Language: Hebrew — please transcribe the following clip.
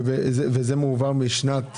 זה לשנת 2021?